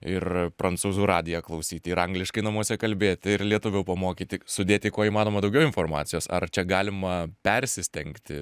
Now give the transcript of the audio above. ir prancūzų radiją klausyti ir angliškai namuose kalbėti ir lietuvių pamokyti sudėti kuo įmanoma daugiau informacijos ar čia galima persistengti